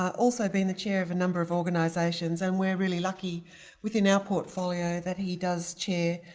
also been a chair of a number of organizations. and we're really lucky within our portfolio that he does chair,